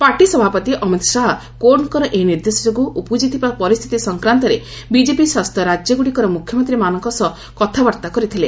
party ସଭାପତି ଅମିତ ଶାହା କୋର୍ଟଙ୍କର ଏହି ନିର୍ଦ୍ଦେଶ ଯୋଗୁଁ ଉପୁଜିଥିବା ପରିସ୍ଥିତି ସଂକ୍ରାନ୍ତରେ ବିଜେପି ଶାସିତ ରାଜ୍ୟଗୁଡ଼ିକର ମୁଖ୍ୟମନ୍ତ୍ରୀମାନଙ୍କ ସହ କଥାବାର୍ତ୍ତା କରିଥିଲେ